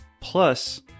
Plus